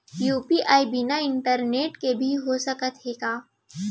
UPI बिना internet के भी हो सकत हे का?